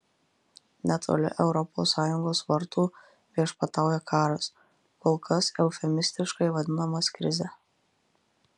netoli europos sąjungos vartų viešpatauja karas kol kas eufemistiškai vadinamas krize